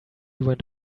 went